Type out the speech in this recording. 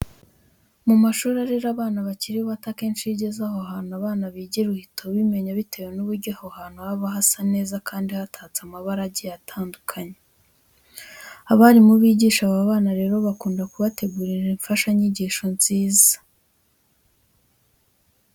Mu mashuri arera abana bakiri bato akenshi iyo ugeze aho abo bana bigira, uhita ubimenya bitewe n'uburyo aho hantu haba hasa neza kandi hatatse amabara agiye atandukanye. Abarimu bigisha aba bana rero bakunda kubategurira imfashanyigisho nziza.